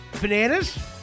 bananas